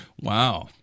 Wow